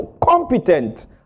competent